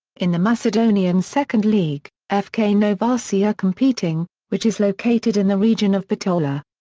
in the macedonian second league, ah fk novaci are competing, which is located in the region of bitola.